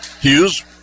Hughes